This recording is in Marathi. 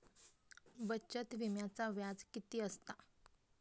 बचत विम्याचा व्याज किती असता?